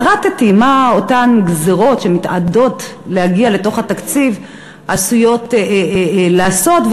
פירטתי מה הן אותן גזירות שמתעתדות להגיע לתוך התקציב עשויות לעשות,